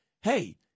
hey